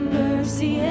mercy